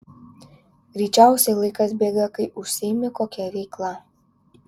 greičiausiai laikas bėga kai užsiimi kokia veikla